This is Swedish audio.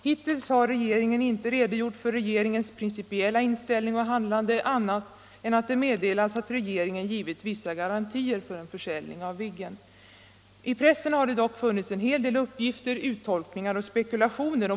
Hittills har regeringen inte redogjort för sin principiella inställning och sitt handlande på annat sätt än att det meddelats att regeringen givit vissa garantier för en försäljning av Viggen. I pressen har det dock funnits en hel del uppgifter, uttolkningar och spekulationer.